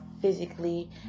physically